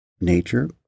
nature